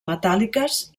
metàl·liques